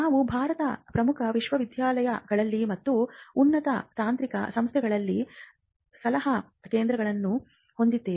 ನಾವು ಭಾರತದ ಪ್ರಮುಖ ವಿಶ್ವವಿದ್ಯಾಲಯಗಳಲ್ಲಿ ಮತ್ತು ಉನ್ನತ ತಾಂತ್ರಿಕ ಸಂಸ್ಥೆಗಳಲ್ಲಿ ಸಲಹಾ ಕೇಂದ್ರಗಳನ್ನು ಹೊಂದಿದ್ದೇವೆ